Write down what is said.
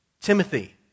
Timothy